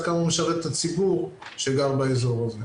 כמה הוא משרת את הציבור שגר באזור הזה.